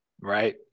Right